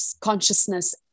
consciousness